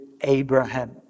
Abraham